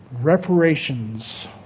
reparations